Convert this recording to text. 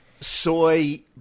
soy